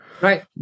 right